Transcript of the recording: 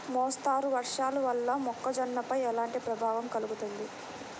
మోస్తరు వర్షాలు వల్ల మొక్కజొన్నపై ఎలాంటి ప్రభావం కలుగుతుంది?